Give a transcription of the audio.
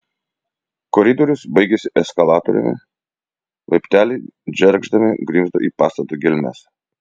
koridorius baigėsi eskalatoriumi laipteliai džergždami grimzdo į pastato gelmes